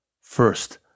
First